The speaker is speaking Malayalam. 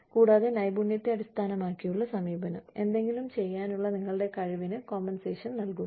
കൂടാതെ നൈപുണ്യത്തെ അടിസ്ഥാനമാക്കിയുള്ള സമീപനം എന്തെങ്കിലും ചെയ്യാനുള്ള നിങ്ങളുടെ കഴിവിന് കോമ്പൻസേഷൻ നൽകുന്നു